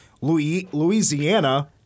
Louisiana